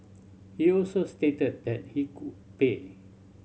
he also stated that he could pay